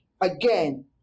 again